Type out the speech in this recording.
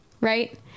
right